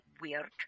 weird